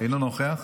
אינו נוכח.